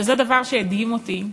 וזה דבר שהדהים אותי: